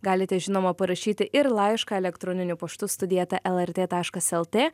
galite žinoma parašyti ir laišką elektroniniu paštu studija eta lrt taškas lt